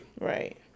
Right